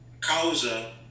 causa